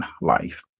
life